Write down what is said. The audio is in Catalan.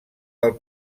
del